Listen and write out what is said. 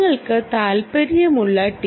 നിങ്ങൾക്ക് താൽപ്പര്യമുള്ള ടി